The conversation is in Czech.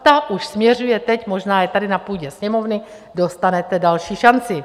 Ta už směřuje teď možná je tady na půdě Sněmovny dostanete další šanci.